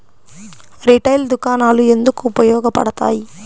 Retail దుకాణాలు ఎందుకు ఉపయోగ పడతాయి?